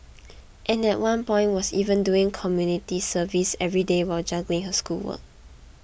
and at one point was even doing community service every day while juggling her schoolwork